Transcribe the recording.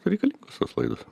reikalingos tos laidos